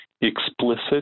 explicit